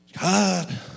God